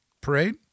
Parade